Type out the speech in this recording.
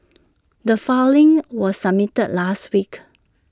the filing was submitted last week